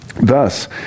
Thus